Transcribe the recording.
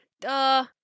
Duh